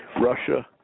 Russia